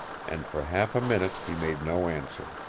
and for half a minute he made no answer.